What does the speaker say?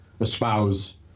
espouse